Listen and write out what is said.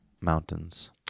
mountains